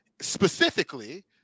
specifically